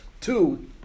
Two